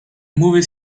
movie